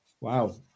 wow